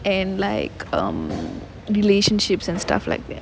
and like um relationships and stuff like that